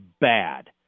bad